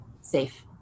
safe